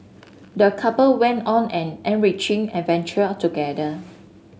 the couple went on an enriching adventure together